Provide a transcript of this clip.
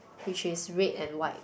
which is red and white